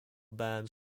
bands